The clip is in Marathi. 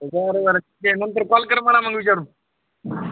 नंतर कॉल कर मला मग विचारू